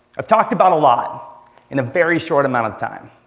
i've talked about a lot in a very short amount of time.